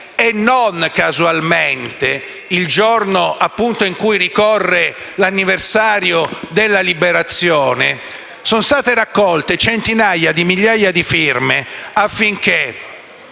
e non casualmente nel giorno in cui ricorre l'anniversario della Liberazione - sono state raccolte centinaia di migliaia di firme affinché